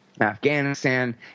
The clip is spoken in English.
Afghanistan